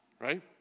right